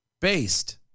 based